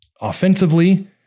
Offensively